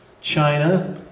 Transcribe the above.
China